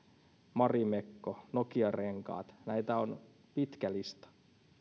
marimekko nokian renkaat näitä on pitkä lista